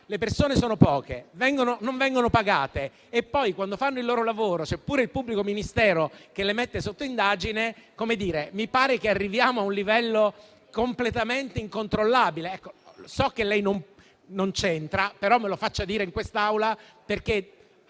le persone sono poche, non vengono pagate e poi quando fanno il loro lavoro c'è anche un pubblico ministero che le mette sotto indagine, mi pare che arriviamo a un livello completamente incontrollabile. So che lei non c'entra, ma me lo faccia dire in quest'Aula, perché